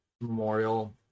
memorial